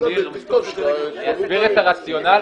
אסביר את הרציונל